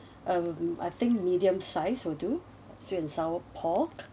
I'll be I think medium size will do sweet and sour pork